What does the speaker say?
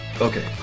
Okay